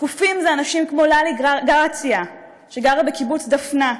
שקופים זה אנשים כמו ללי גרציה, שגרה בקיבוץ דפנה,